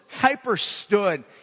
hyperstood